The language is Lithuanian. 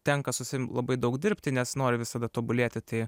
tenka su savim labai daug dirbti nes nori visada tobulėti tai